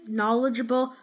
knowledgeable